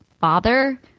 father